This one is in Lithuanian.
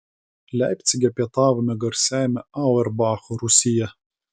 leipcige pietavome garsiajame auerbacho rūsyje